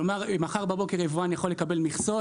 כלומר מחר בבוקר יבואן יכול לקבל מכסות,